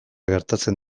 gertatzen